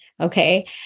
Okay